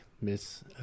Miss